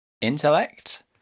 intellect